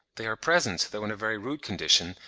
they are present, though in a very rude condition,